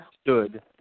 stood